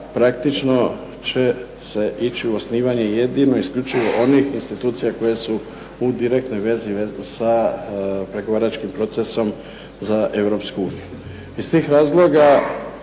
praktično će se ići u osnivanje jedino i isključivo onih institucija koje su u direktnoj vezi sa pregovaračkim procesom za Europsku uniju. Iz tih razloga